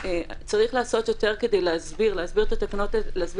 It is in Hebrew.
צריך לעשות יותר כדי להסביר לציבור,